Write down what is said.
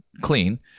clean